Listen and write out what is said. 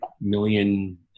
million